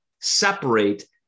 separate